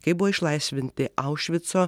kai buvo išlaisvinti aušvico